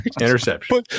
interception